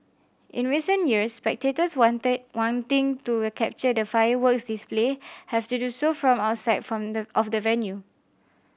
in recent years spectators wanted wanting to capture the fireworks display have to do so from outside from the of the venue